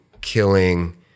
killing